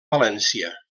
valència